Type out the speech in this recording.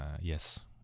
Yes